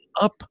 up